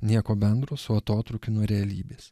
nieko bendro su atotrūkiu nuo realybės